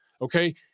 okay